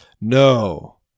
No